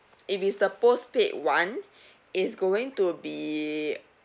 if is the postpaid [one] it's going to be